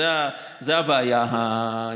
זו הבעיה העיקרית.